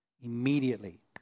Immediately